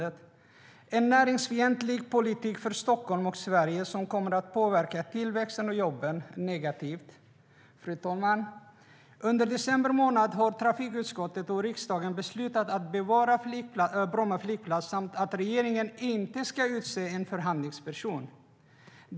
Det är en näringsfientlig politik för Stockholm och Sverige som kommer att påverka tillväxten och jobben negativt. Fru talman! Under december månad har trafikutskottet och riksdagen beslutat att bevara Bromma flygplats samt att regeringen inte ska utse en förhandlingsperson.